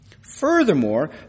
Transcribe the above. Furthermore